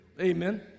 amen